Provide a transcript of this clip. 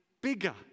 bigger